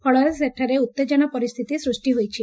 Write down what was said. ଫଳରେ ସେଠାରେ ଉତ୍ତେଜନା ପରିସ୍ଚିତି ସୃଷି ହୋଇଛି